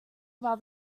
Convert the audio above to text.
while